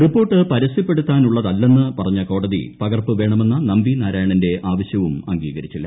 report പരസൃപ്പെടുത്താനുള്ളതല്ലെന്ന് പറഞ്ഞ കോടതി പകർപ്പ് വേണ്മെന്ന നമ്പി നാരായണന്റെ ആവശ്യവും അംഗീകരിച്ചില്ല